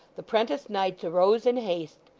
the prentice knights arose in haste,